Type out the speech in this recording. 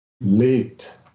late